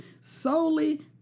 solely